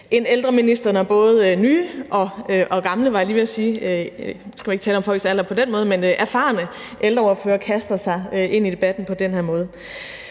en ældreminister, når både nye og gamle – var jeg lige ved at sige, for nu skal man ikke tale om folks alder på den måde, men så erfarne ældreordførere – kaster sig ind i debatten på den her måde.